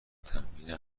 تمرین